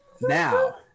now